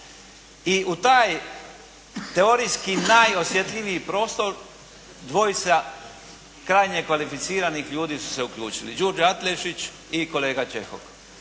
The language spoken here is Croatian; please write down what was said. I u taj teorijski najosjetljiviji prostor dvojica krajnje kvalificiranih ljudi su se uključili, Đurđa Adlešić i kolega Čehok.